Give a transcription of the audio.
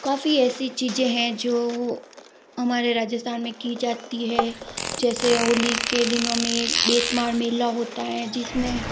काफ़ी ऐसी चीज़ें हैं जो हमारे राजस्थान में की जाती है जैसे होली के दिनों में बेंतमार मेला होता है जिसमें